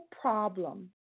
problem